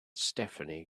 stephanie